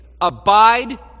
Abide